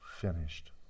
finished